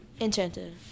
Enchanted